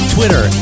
Twitter